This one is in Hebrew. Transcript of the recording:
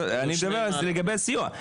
אני מדבר לגבי הסיוע,